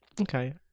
Okay